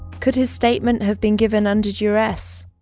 could his statement have been given under duress?